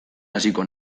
hasiko